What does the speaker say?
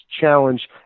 challenge